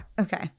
Okay